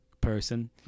person